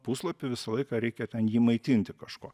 puslapį visą laiką reikia ten jį maitinti kažkuo